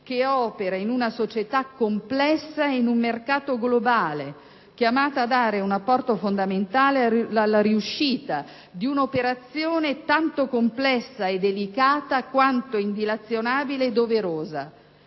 che opera in una società complessa e in un mercato globale, chiamata a dare un apporto fondamentale alla riuscita di un'operazione tanto complessa e delicata quanto indilazionabile e doverosa: